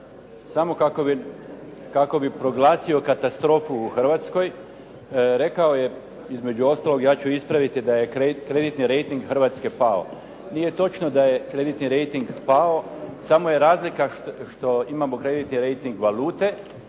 samo kako bi proglasio katastrofu u Hrvatskoj. Rekao je, između ostalog ja ću ispraviti, da je kreditni rejting Hrvatske pao. Nije točno da je kreditni rejting pao, samo je razlika što imamo kreditni rejting valute